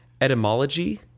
etymology